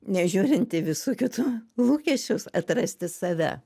nežiūrint į visų kitų lūkesčius atrasti save